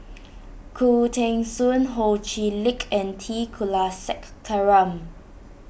Khoo Teng Soon Ho Chee Lick and T Kulasekaram